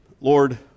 Lord